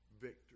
victory